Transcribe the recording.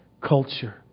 culture